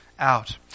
out